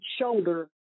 shoulder